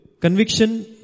conviction